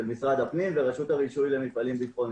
במשרד הפנים ורשות הרישוי למפעלים ביטחוניים.